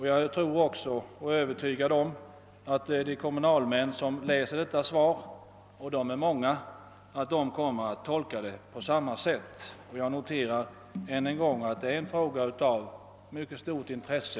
Jag är övertygad om att de kommunalmän som läser svaret— och de är många — kommer att tolka det på samma sätt. Frågan är, jag påpekar det än en gång, av mycket stort intresse.